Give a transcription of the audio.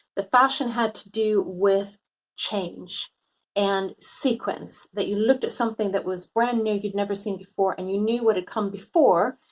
that fashion had to do with change and sequence that you looked at something that was brand new, you'd never seen before. and you knew what had come before,